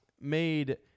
made